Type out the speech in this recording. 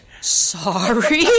sorry